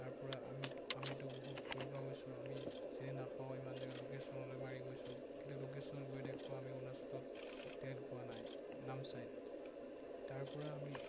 তাৰপৰা আমি আমিতো বহুত দূৰৰ পৰা গৈছোঁ আমি চিনি নাপাওঁ ইমান জেগাত লোকেশ্যনলৈ মাৰি গৈছোঁ কিন্তু লোকেশ্যনত গৈ দেখো আমি অৰুণাচলত তেল পোৱা নাই নামচাইচ তাৰপৰা আমি